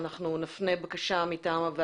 אז אם אפשר לרשום, בבקשה, שנפנה בקשה מטעם הוועדה